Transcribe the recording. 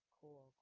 cool